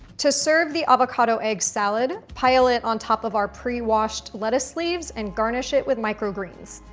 to serve the avocado egg salad, pile it on top of our pre-washed lettuce leaves and garnish it with microgreens.